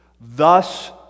thus